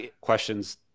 questions